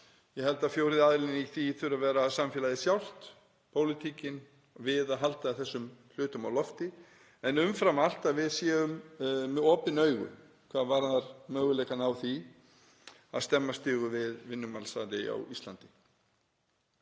Ég held að fjórði aðilinn í því þurfi að vera samfélagið sjálft, pólitíkin, við að halda þessum hlutum á lofti, en umfram allt að við séum með opin augu hvað varðar möguleikana á því að stemma stigu við vinnumansali á Íslandi.